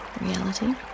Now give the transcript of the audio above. reality